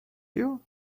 you